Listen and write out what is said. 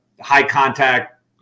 high-contact